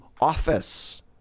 office